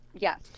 Yes